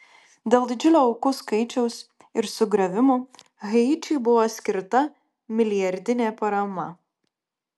dėl didžiulio aukų skaičiaus ir sugriovimų haičiui buvo skirta milijardinė parama